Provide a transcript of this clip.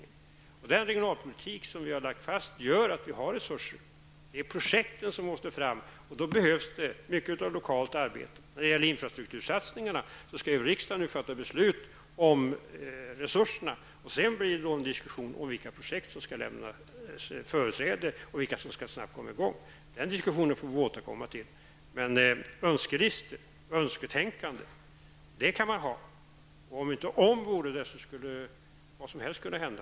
Den regionalpolitik som vi har lagt fast gör att vi har resurser. Men projekten måste fram, och då behövs det mycket av lokalt arbete. När det gäller infrastruktursatsningarna skall riksdagen fatta beslut om resurserna. Sedan blir det en diskussion om vilka projekt som skall ges företräde och snabbt komma i gång. Den diskussionen får vi återkomma till. Önskelistor och önsketänkande kan man ägna sig åt. Om inte om vore, skulle vad som helst kunna hända.